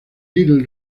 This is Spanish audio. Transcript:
little